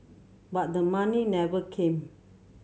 but the money never came